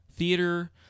theater